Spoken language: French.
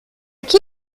qui